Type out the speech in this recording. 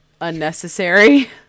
unnecessary